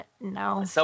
No